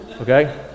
Okay